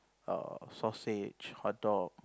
err sausage hot dog